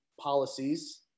policies